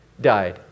died